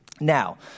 Now